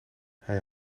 hij